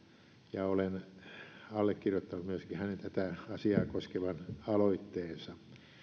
ja olen allekirjoittanut myöskin hänen tätä asiaa koskevan aloitteensa